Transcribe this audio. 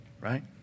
right